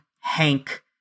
Hank